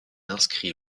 inscrit